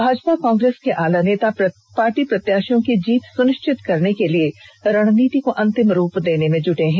भाजपा कांग्रेस के आला नेता पार्टी प्रत्याशियों की जीत सुनिश्चित कराने के लिए रणनीति को अंतिम रूप देने में जुटे हैं